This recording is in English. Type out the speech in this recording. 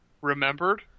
remembered